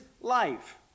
life